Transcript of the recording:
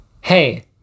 Hey